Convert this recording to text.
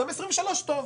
גם עשרים-ושלוש טוב.